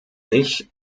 ich